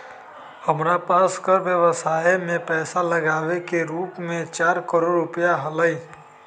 हमरा पास कर व्ययवसाय में पैसा लागावे के रूप चार करोड़ रुपिया हलय